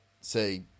say